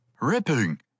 Ripping